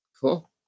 Cool